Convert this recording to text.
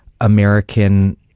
American